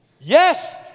Yes